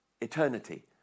eternity